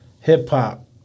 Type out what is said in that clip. Hip-hop